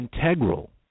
integral